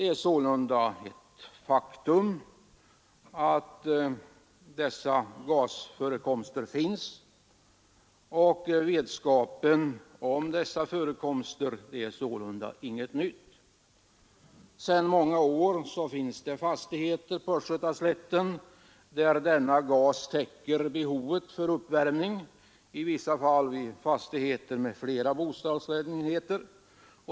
Ett faktum är sålunda att dessa gasförekomster finns, och vetskapen om dem är inget nytt. Sedan många år finns på Östgötaslätten fastigheter, där naturgasen täcker behovet för uppvärmning, i vissa fall av flera bostadslägenheter.